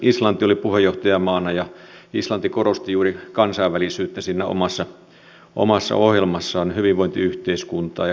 islanti oli puheenjohtajamaana ja islanti korosti juuri kansainvälisyyttä siinä omassa ohjelmassaan hyvinvointiyhteiskuntaa ja kansalaisyhteiskuntateemoja